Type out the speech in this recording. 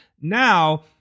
Now